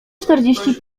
czterdzieści